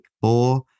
four